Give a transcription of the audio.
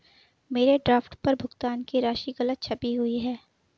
मेरे ड्राफ्ट पर भुगतान की राशि गलत छपी हुई है